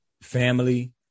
family